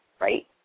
right